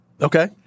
okay